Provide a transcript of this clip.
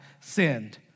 sinned